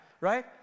right